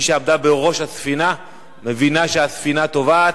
מי שעמדה בראש הספינה מבינה שהספינה טובעת,